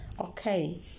okay